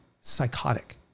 psychotic